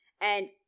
and-